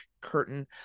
curtain